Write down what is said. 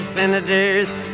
Senators